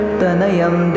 Tanayam